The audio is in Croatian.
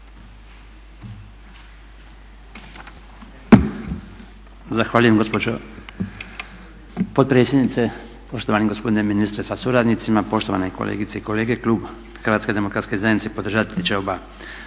Zahvaljujem gospođo potpredsjednice, poštovani gospodine ministre sa suradnicima, poštovane kolegice i kolege. Klub Hrvatske